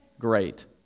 Great